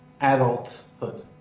adulthood